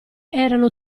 erano